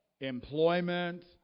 employment